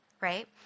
right